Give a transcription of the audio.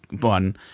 one